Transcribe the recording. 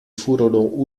furono